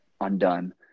undone